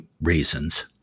reasons